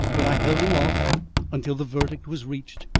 but i held him off until the verdict was reached,